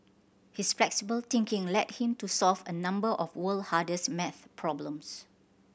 his flexible thinking led him to solve a number of the world hardest math problems